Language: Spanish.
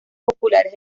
populares